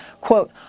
Quote